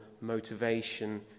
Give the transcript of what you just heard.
motivation